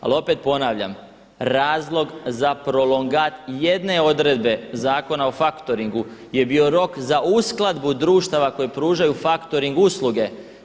Ali opet ponavljam, razlog za prolongat jedne odredbe Zakona o faktoringu je bio rok za uskladbu društava koji pružaju faktoring usluge.